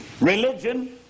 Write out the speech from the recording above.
Religion